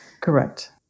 Correct